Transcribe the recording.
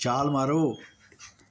ਛਾਲ ਮਾਰੋ